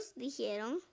dijeron